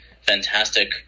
fantastic